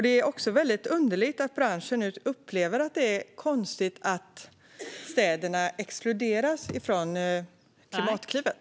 Det är också så att branschen nu upplever att det är konstigt att städerna exkluderas från Klimatklivet.